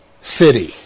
city